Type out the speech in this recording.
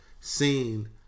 seen